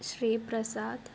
Shri Prasad